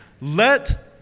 Let